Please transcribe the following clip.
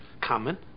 common